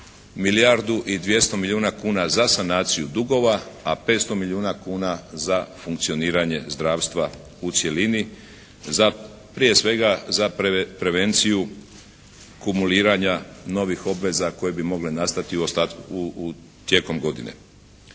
milijardu i 200 milijuna kuna za sanaciju dugova a 500 milijuna kuna za funkcioniranje zdravstva u cjelini, za prije svega za prevenciju kumuliranja novih obveza koje bi mogle nastati tijekom godine.